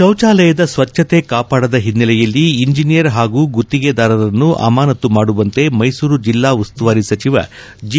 ಶೌಚಾಲಯದ ಸ್ವಚ್ಛತೆ ಕಾಪಾಡದ ಹಿನ್ನೆಲೆಯಲ್ಲಿ ಇಂಜಿನಿಯರ್ ಹಾಗೂ ಗುತ್ತಿಗೆದಾರರನ್ನು ಅಮಾನತ್ತು ಮಾದುವಂತೆ ಮೈಸೂರು ಜಿಲ್ಲಾ ಉಸ್ತುವಾರಿ ಸಚಿವ ಜಿ